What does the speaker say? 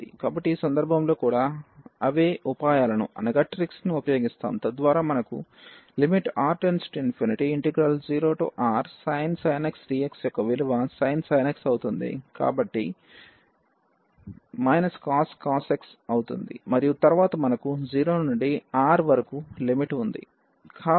కాబట్టి ఈ సందర్భంలో కూడా అదే ఉపాయాలను ఉపయోగిస్తాం తద్వారా మనకు lim⁡R→∞0Rsin x dxయొక్క విలువ sin x అవుతుంది cos x అవుతుంది మరియు తరువాత మనకు 0 నుంచి Rవరకు లిమిట్ ఉంటుంది